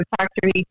factory